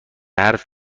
حرف